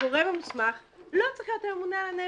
הגורם המוסמך לא צריך להיות הממונה על הנפט.